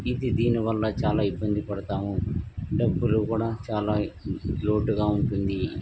ఇది దీని వల్ల చాలా ఇబ్బంది పడతాము డబ్బులు కూడా చాలా లోటుగా ఉంటుంది